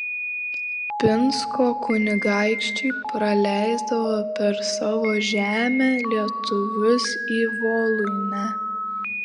pinsko kunigaikščiai praleisdavo per savo žemę lietuvius į voluinę